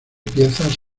piezas